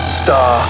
star